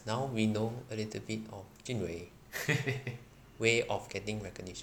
now we know a little bit of jun wei way of getting recognition